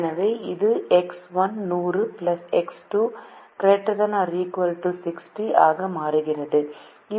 எனவே இது X1−100 X2≥60 ஆக மாறுகிறது